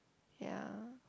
ya